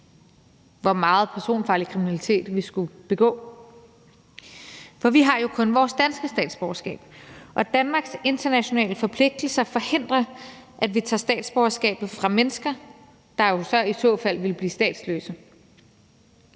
hvor meget personfarlig kriminalitet vi skulle begå. For vi har jo kun vores danske statsborgerskab, og Danmarks internationale forpligtelser forhindrer, at vi tager statsborgerskabet fra mennesker, der så i så fald ville blive statsløse.